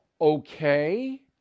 okay